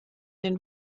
den